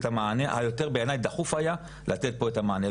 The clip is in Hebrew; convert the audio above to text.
המענה שיותר בעיני דחוף לתת לגביו מענה.